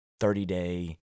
30-day